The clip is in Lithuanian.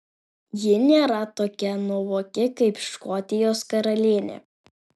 ji nėra tokia nuovoki kaip škotijos karalienė